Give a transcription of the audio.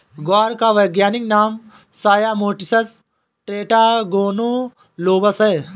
ग्वार का वैज्ञानिक नाम साया मोटिसस टेट्रागोनोलोबस है